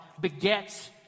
begets